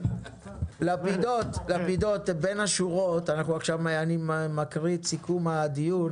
לפידות, בין השורות אני קורא את סיכום הדיון.